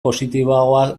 positiboagoa